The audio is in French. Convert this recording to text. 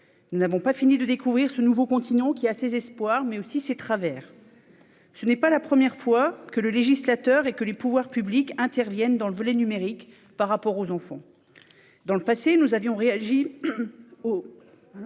Nous n'avons pas fini de découvrir ce nouveau continent, qui a ses espoirs, mais aussi ses travers. Ce n'est pas la première fois que le législateur ou les pouvoirs publics interviennent dans le champ numérique par rapport aux enfants. Dans le passé, nous avons réagi au